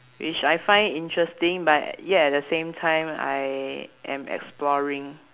which I find interesting but yet at the same time I am exploring